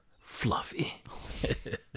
fluffy